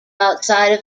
outside